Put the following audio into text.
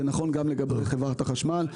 זה נכון גם לגבי חברת החשמל,